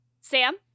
Sam